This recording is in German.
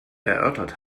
erörtert